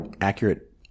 accurate